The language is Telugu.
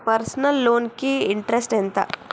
పర్సనల్ లోన్ కి ఇంట్రెస్ట్ ఎంత?